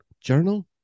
journal